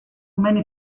many